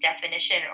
definition